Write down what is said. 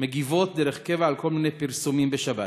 מגיבות דרך קבע על כל מיני פרסומים בשבת.